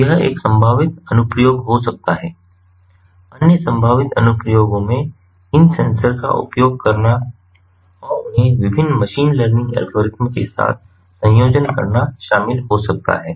तो यह एक संभावित अनुप्रयोग हो सकता है अन्य संभावित अनुप्रयोगों में इन सेंसर का उपयोग करना और उन्हें विभिन्न मशीन लर्निंग एल्गोरिदम के साथ संयोजन करना शामिल हो सकता है